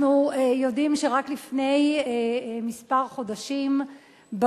אנחנו יודעים שרק לפני חודשים מספר